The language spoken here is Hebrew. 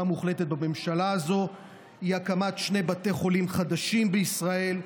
מוחלטת בממשלה הזו הוא הקמת שני בתי חולים חדשים בישראל,